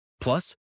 Plus